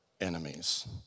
enemies